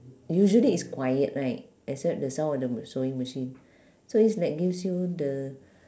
usually it's quiet right except the sound of the ma~ sewing machine so it's like gives you the